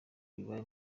bibaye